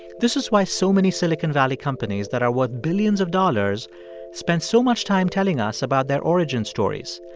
this is why so many silicon valley companies that are worth billions of dollars spend so much time telling us about their origin stories,